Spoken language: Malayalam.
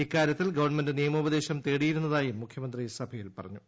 ഇക്കാര്യ ത്തിൽ ഗവൺമെന്റ് നിയമോപദേശം തേടിയിരുന്നതായും മുഖ്യമന്ത്രി സഭയിൽ പറഞ്ഞു